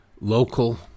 local